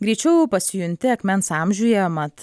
greičiau pasijunti akmens amžiuje mat